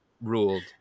ruled